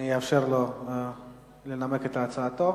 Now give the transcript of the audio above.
ואני אאפשר לו לנמק את הצעתו.